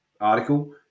article